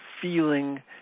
feeling